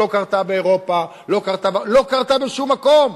לא קרתה באירופה ולא קרתה בשום מקום.